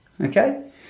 Okay